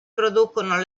producono